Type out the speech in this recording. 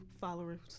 followers